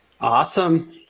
Awesome